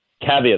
caveat